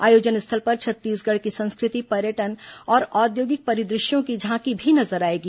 आयोजन स्थल पर छत्तीसगढ़ की संस्कृति पर्यटन और औद्योगिक परिदृश्यों की झांकी भी नजर आएगी